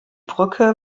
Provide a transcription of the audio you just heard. brücke